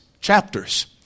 chapters